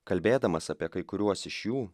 kalbėdamas apie kai kuriuos iš jų